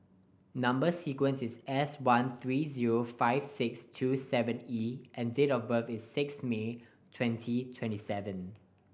number sequence is S one three zero five six two seven E and date of birth is six May twenty twenty seven